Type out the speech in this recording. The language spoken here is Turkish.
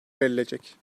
verilecek